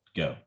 go